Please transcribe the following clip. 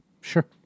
Sure